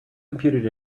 computed